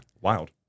wild